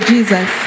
Jesus